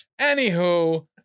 Anywho